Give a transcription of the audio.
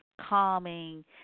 calming